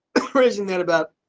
crazy mad about